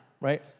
Right